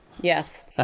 Yes